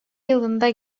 yılında